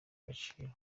agaciro